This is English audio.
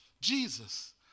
Jesus